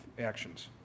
actions